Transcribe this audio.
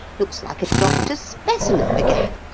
looks like a doctor's specimen, b'gad.